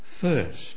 First